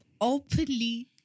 openly